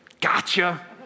gotcha